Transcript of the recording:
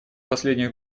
последних